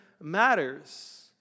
matters